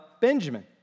Benjamin